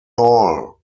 all